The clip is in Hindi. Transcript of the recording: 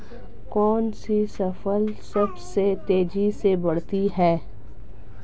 कौनसी फसल सबसे तेज़ी से बढ़ती है?